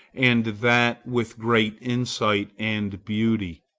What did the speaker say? and that with great insight and beauty.